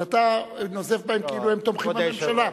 אבל אתה נוזף בהם כאילו הם תומכים בממשלה.